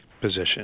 position